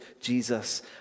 Jesus